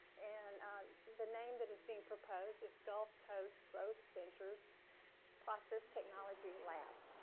and the name that is being proposed is gulf coast growth ventures process technology lab.